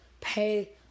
pay